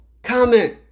comment